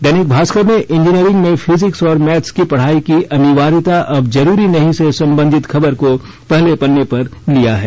दैनिक भास्कर ने इंजीनियरिंग में फिजिक्स और मैथ्य की पढ़ाई की अनिवार्यता अब जरूरी नहीं से संबंधित खबर को पहले पन्ने पर लिया है